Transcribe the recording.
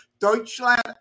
Deutschland